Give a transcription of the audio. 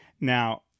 now